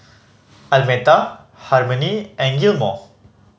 Almeta Harmony and Gilmore